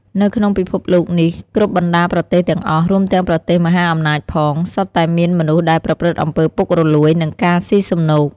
នៅក្នុងពិភពលោកនេះ គ្រប់បណ្ដាប្រទេសទាំងអស់ រួមទាំងប្រទេសមហាអំណាចផង សុទ្ធតែមានមនុស្សដែលប្រព្រឹត្តអំពើពុករលួយ និងការស៊ីសំណូក។